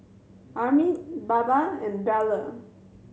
Amit Baba and Bellur